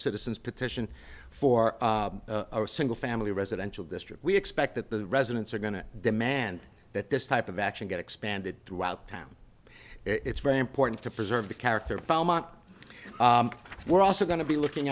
citizens petition for a single family residential district we expect that the residents are going to demand that this type of action get expanded throughout time it's very important to preserve the character we're also going to be looking